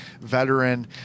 veteran